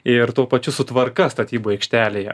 ir tuo pačiu su tvarka statybų aikštelėje